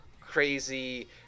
crazy